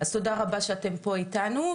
אז תודה רבה שאתם פה איתנו,